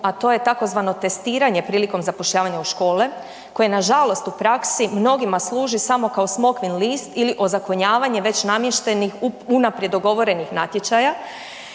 a to je tzv. testiranje prilikom zapošljavanja u škole koje nažalost u praksi mnogima služi samo kao smokvin list ili ozakonjavanje već namještenih unaprijed dogovorenih natječaja